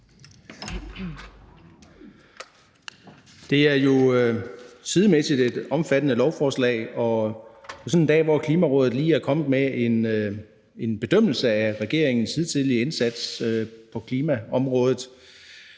Det er jo sidemæssigt et omfattende lovforslag, og på sådan en dag, hvor Klimarådet lige er kommet med en bedømmelse af regeringens hidtidige indsats på klimaområdet,